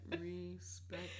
respect